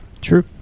True